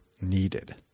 needed